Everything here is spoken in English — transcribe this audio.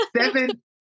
Seven